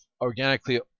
organically